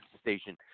station